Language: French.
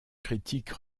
critiques